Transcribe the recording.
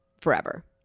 forever